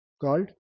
called